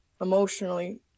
emotionally